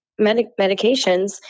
medications